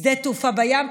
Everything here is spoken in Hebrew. שדה תעופה בים,